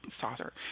saucer